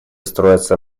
строится